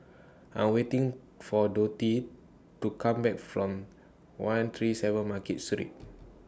I'm waiting For Dottie to Come Back from one three seven Market Street